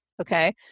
Okay